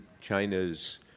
China's